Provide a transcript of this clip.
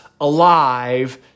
alive